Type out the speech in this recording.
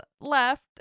left